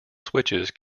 switches